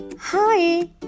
Hi